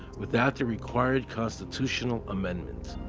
without the required constitutional ammendment.